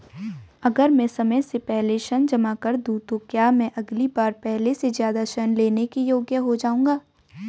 अगर मैं समय से पहले ऋण जमा कर दूं तो क्या मैं अगली बार पहले से ज़्यादा ऋण लेने के योग्य हो जाऊँगा?